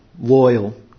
loyal